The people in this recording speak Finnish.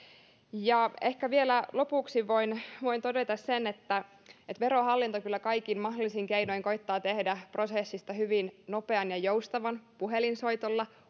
ja ehkä vielä lopuksi voin todeta sen että että verohallinto kyllä kaikin mahdollisin keinoin koettaa tehdä prosessista hyvin nopean ja joustavan puhelinsoitolla